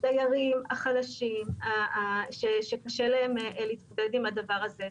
לדיירים החלשים שקשה להם להתמודד עם הדבר הזה,